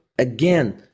Again